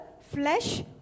flesh